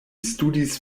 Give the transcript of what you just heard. studis